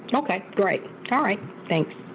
and okay great all right thanks.